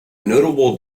notable